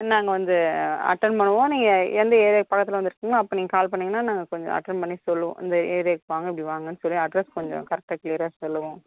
நாங்கள் வந்து அட்டன் பண்ணுவோம் நீங்கள் எந்த ஏரியாக்கு பக்கத்தில் வந்துட்டுருக்கீங்களோ அப்போ நீங்கள் கால் பண்ணீங்கன்னா நாங்கள் கொஞ்சம் அட்டன் பண்ணி சொல்லுவோம் இந்த ஏரியாக்கு வாங்க இப்படி வாங்கன்னு சொல்லி அட்ரெஸ் கொஞ்சம் கரெக்டாக க்ளீயராக சொல்லுவோம்